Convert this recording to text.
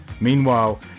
Meanwhile